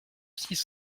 six